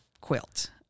quilt